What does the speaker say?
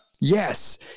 Yes